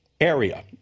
area